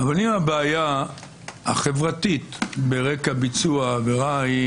אבל אם הבעיה החברתית ברקע ביצוע העבירה היא